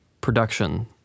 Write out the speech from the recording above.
production